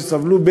שסבלו,